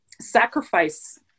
sacrifice